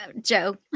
Joe